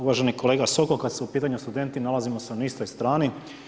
Uvaženi kolega Sokol, kada su u pitanju studenti nalazimo se na istoj strani.